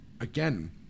again